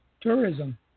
tourism